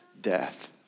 death